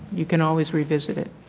you can always revisit it.